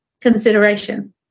consideration